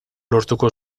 lortuko